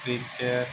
cricket